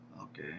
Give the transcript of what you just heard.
Okay